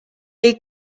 est